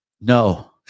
No